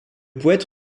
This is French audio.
poète